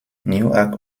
newark